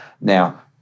Now